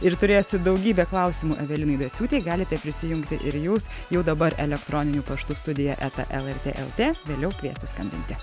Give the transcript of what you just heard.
ir turėsiu daugybę klausimų evelinai daciūtei galite prisijungti ir jūs jau dabar elektroniniu paštu studija eta lrt lt vėliau kviesiu skambinti